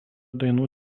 dainų